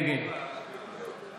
נגד